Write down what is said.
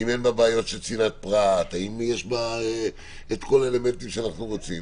האם אין לה בעיות של צנעת פרט והאם יש בה את כל האלמנטים שאנחנו רוצים.